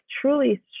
truly